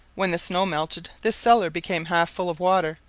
when the snow melted, this cellar became half full of water,